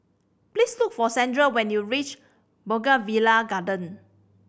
please look for Sandra when you reach Bougainvillea Garden